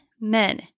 men